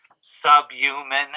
subhuman